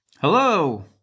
Hello